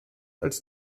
als